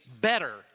better